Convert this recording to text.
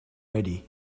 ready